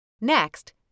Next